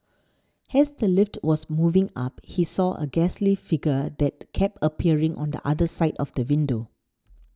has the lift was moving up he saw a ghastly figure that kept appearing on the other side of the window